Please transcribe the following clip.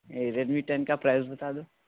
यह Redmi ten का price बता दो